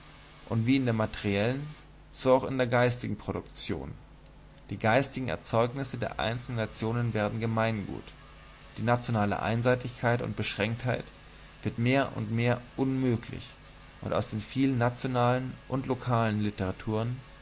und wie in der materiellen so auch in der geistigen produktion die geistigen erzeugnisse der einzelnen nationen werden gemeingut die nationale einseitigkeit und beschränktheit wird mehr und mehr unmöglich und aus den vielen nationalen und lokalen literaturen